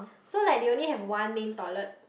so like they only have one main toilet